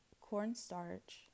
cornstarch